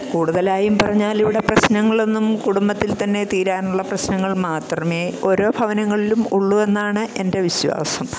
കൂടുതലായും പറഞ്ഞാൽ ഇവിടെ പ്രശ്നങ്ങളൊന്നും കുടുംബത്തില്ത്തന്നെ തീരാനുള്ള പ്രശ്നങ്ങള് മാത്രമേ ഓരോ ഭവനങ്ങളിലും ഉള്ളു എന്നാണ് എന്റെ വിശ്വാസം